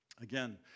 Again